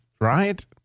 right